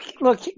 Look